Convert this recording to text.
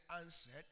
answered